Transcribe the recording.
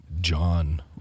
John